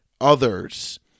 others